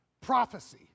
prophecy